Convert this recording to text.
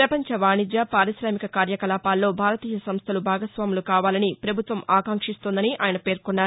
పపంచ వాణిజ్య పార్కామిక కార్యకలాపాల్లో భారతీయ సంస్టలు భాగస్వాములు కావాలని ప్రభుత్వం ఆకాంక్షిస్తోందని ఆయన పేర్కొన్నారు